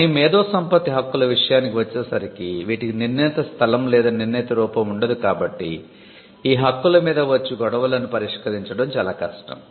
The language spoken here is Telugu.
కానీ మేధోసంపత్తి హక్కుల విషయానికి వచ్చేసరికి వీటికి నిర్ణీత స్థలం లేదా నిర్ణీత రూపం వుండదు కాబట్టి ఈ హక్కుల మీదే వచ్చే గొడవలను పరిష్కరించడం చాలా కష్టం